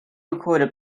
recorded